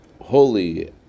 holy